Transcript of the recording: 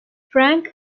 frank